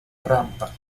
rampa